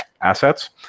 assets